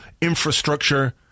infrastructure